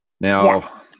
now